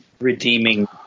redeeming –